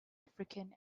african